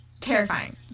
Terrifying